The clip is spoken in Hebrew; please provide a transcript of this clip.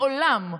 לעולם.